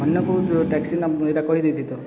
ଅନ୍ୟକୁ ଯେଉଁ ଟ୍ୟାକ୍ସି ନା ହେଇଟା କହିଦେଇଛି ତ